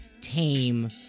tame